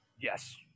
Yes